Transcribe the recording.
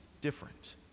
different